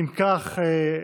אם כך,